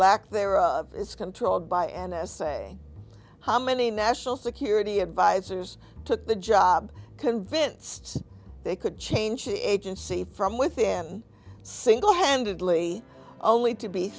lack thereof is comptroller by n s a how many national security advisers took the job convinced they could change the agency from within singlehandedly only to be